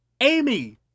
Amy